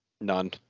none